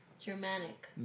Germanic